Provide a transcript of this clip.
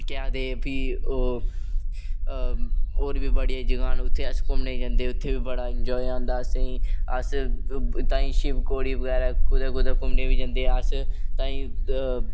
केह् आक्खदे फिह् ओह् और बी बडियां जगह न उत्थै अस घूमने गी जंदे उत्थै बी बड़ा इनॅजाऐ आंदा असेंगी अस ताहीं शिवखोडी बगैरा कुतै कुतै घूमने गी बी जंदे अस ताहीं